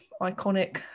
iconic